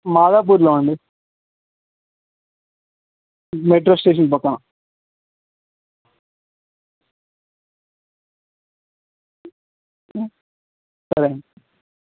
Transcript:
మాదాపూర్లో అండి metro station పక్కన సరే అండి